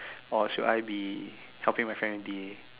or should I be helping my friend D_A